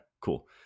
cool